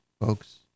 folks